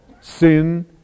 sin